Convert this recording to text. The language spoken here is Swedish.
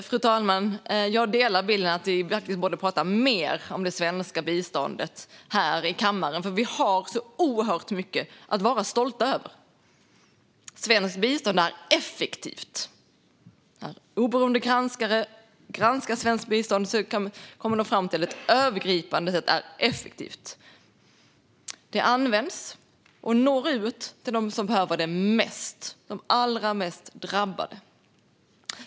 Fru talman! Jag instämmer i bilden att vi verkligen borde prata mer om det svenska biståndet i kammaren. Vi har oerhört mycket att vara stolta över. Svenskt bistånd är effektivt. När oberoende granskare granskar svenskt bistånd kommer de fram till att det övergripande sett är effektivt. Biståndet används av och når ut till dem som behöver det mest, de allra mest drabbade.